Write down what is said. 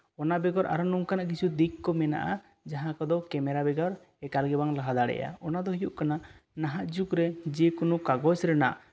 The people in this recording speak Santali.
ᱚᱱᱟ ᱵᱮᱜᱚᱨ ᱟᱨᱦᱚᱸ ᱱᱚᱝᱠᱟᱱᱟᱜ ᱠᱤᱪᱷᱩ ᱫᱤᱠ ᱠᱚ ᱢᱮᱱᱟᱜ ᱜᱮᱭᱟ ᱡᱟᱦᱟᱸ ᱠᱚᱫᱚ ᱠᱮᱢᱮᱨᱟ ᱵᱮᱜᱚᱨ ᱮᱠᱟᱞ ᱜᱮ ᱵᱟᱝ ᱞᱟᱦᱟ ᱫᱟᱲᱮᱭᱟᱜᱼᱟ ᱚᱱᱟ ᱫᱚ ᱦᱩᱭᱩᱜ ᱠᱟᱱᱟ ᱱᱟᱦᱟᱜ ᱡᱩᱜᱽᱨᱮ ᱡᱮᱠᱳᱱᱳ ᱠᱟᱜᱚᱡᱽ ᱨᱮᱱᱟᱜ